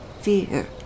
fear